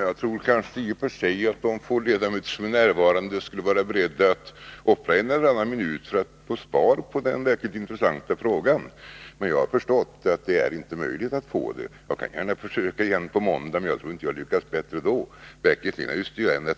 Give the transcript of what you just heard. Herr talman! Jag tror i och för sig att de få ledamöter som är närvarande kanske skulle vara beredda att offra en eller annan minut för att få svar på den här verkligen intressanta frågan. Men jag har förstått att det inte är möjligt att få det. Jag kan gärna försöka igen på måndag, men jag tror inte jag lyckas bättre då.